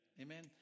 Amen